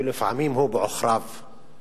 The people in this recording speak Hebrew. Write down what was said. ולפעמים הוא בעוכריו.